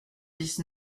dix